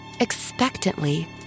expectantly